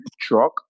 truck